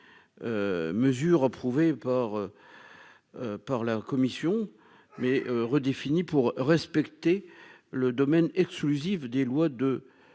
mesure approuvée par par la commission mais redéfini pour respecter le domaine exclusif des lois de